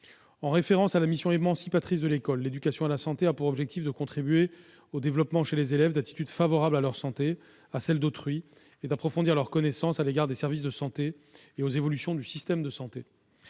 En référence à la mission émancipatrice de l'école, l'éducation à la santé a pour objectif de contribuer au développement chez les élèves d'attitudes favorables à leur santé et à celle d'autrui et d'approfondir leurs connaissances à l'égard des services de santé et aux évolutions du système de santé.